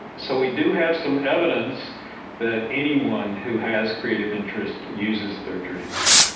so we do have some evidence that anyone who has creative interest uses their dreams.